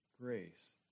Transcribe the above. Grace